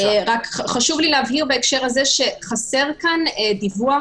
חשוב לי להבהיר בהקשר הזה שחסר כאן דיווח